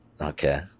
okay